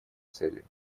целью